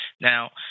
Now